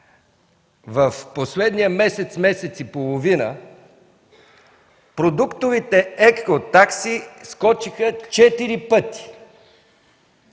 в последния месец, месец и половина продуктовите екотакси скочиха четири